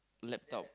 laptop